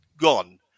gone